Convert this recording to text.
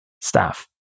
staff